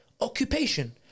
occupation